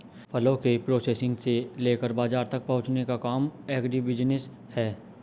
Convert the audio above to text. फलों के प्रोसेसिंग से लेकर बाजार तक पहुंचने का काम एग्रीबिजनेस है